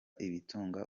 ibitunga